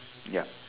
ya